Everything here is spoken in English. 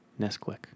Nesquik